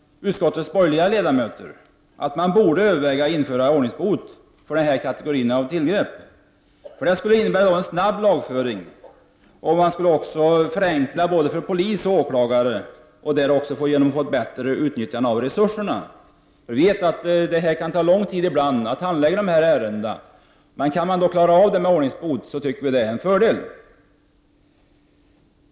Utskottets borgerliga ledamöter menar att man borde överväga att införa ordningsbot just när det gäller de mindre snatteribrotten. Detta skulle innebära en snabb lagföring och även medföra en förenkling för både polis och åklagare. Härigenom skulle man dessutom få till stånd ett bättre utnyttjande av resurserna. Vi vet att det ibland kan ta lång tid att handlägga dessa ärenden, och vi menar att det därför skulle vara en fördel om man kunde klara av dessa brott genom användande av ordningsbot.